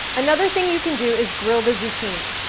another thing you can do is grill the zucchini.